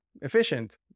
efficient